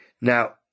Now